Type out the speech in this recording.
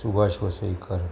Subhash Vasaikar